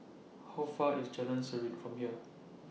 How Far IS Jalan Serene from here